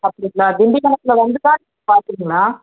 அப்படிங்களா திண்டிவனத்தில் வந்து தான் நீங்கள் பார்த்தீங்களா